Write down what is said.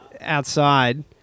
outside